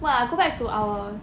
what ah go back to our